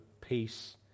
peace